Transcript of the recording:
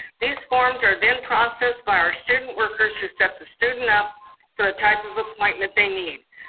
these forms are then processed by our student workers who set the student up for the type of appointment they need.